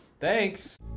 Thanks